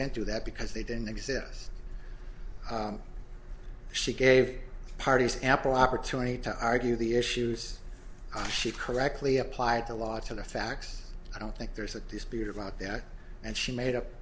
didn't do that because they didn't exist she gave parties ample opportunity to argue the issues i she correctly applied the law to the facts i don't think there's a dispute about that and she made up